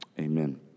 Amen